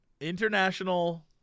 International